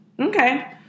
okay